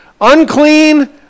Unclean